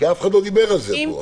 כי אף אחד לא דיבר על זה פה,